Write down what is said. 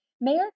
Mayor